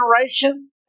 generation